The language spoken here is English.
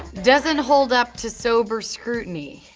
doesn't hold up to sober scrutiny.